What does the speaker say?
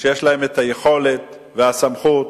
שיש להם היכולת והסמכות